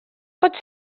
pot